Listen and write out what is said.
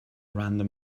random